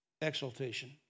exaltation